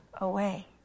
away